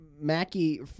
Mackie